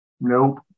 Nope